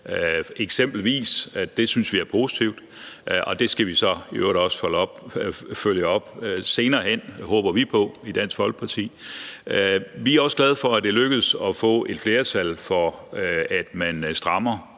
eksempelvis – og det synes vi er positivt, og det skal vi så i øvrigt også følge op på senere hen, håber vi på i Dansk Folkeparti. Vi er også glade for, at det er lykkedes at få et flertal for, at man strammer